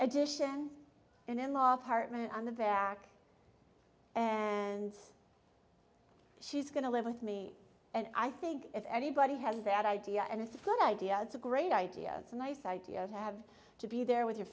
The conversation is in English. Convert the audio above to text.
addition and in laws hartman on the back and she's going to live with me and i think if anybody has that idea and it's a good idea it's a great idea it's a nice idea to have to be there with your